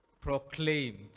proclaimed